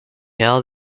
held